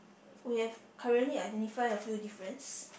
we have currently identify a few difference